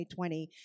2020